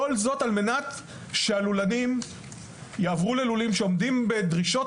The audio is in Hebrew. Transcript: כל זאת על מנת שהלולנים יעברו ללולים שעומדים בדרישות